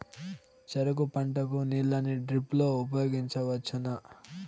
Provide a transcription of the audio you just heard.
చెరుకు పంట కు నీళ్ళని డ్రిప్ లో ఉపయోగించువచ్చునా?